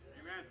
Amen